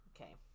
Okay